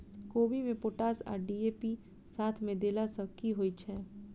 कोबी मे पोटाश आ डी.ए.पी साथ मे देला सऽ की होइ छै?